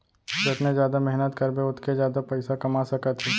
जतने जादा मेहनत करबे ओतके जादा पइसा कमा सकत हे